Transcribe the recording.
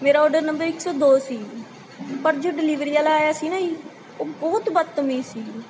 ਮੇਰਾ order number ਇੱਕ ਸੌ ਦੋ ਸੀ ਪਰ ਜੋ ਡਿਲੀਵਰੀ ਵਾਲਾ ਆਇਆ ਸੀ ਨਾ ਜੀ ਉਹ ਬਹੁਤ ਬਦਤਮੀਜ਼ ਸੀ ਜੀ